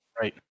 Right